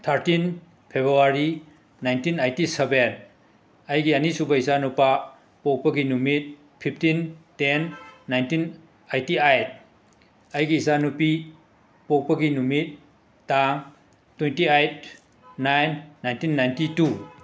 thirteen February nineteen eighty seven ꯑꯩꯒꯤ ꯑꯅꯤꯁꯨꯕ ꯏꯆꯥꯅꯨꯄꯥ ꯄꯣꯛꯄꯒꯤ ꯅꯨꯃꯤꯠ fifteen ten nineteen eighty eight ꯑꯩꯒꯤ ꯏꯆꯥꯅꯨꯄꯤ ꯄꯣꯛꯄꯒꯤ ꯅꯨꯃꯤꯠ ꯇꯥꯡ twenty eight nine nineteen ninety two